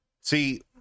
See